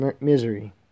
misery